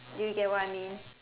do you get what I mean